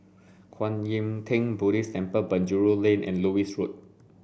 Kwan Yam Theng Buddhist Temple Penjuru Lane and Lewis Road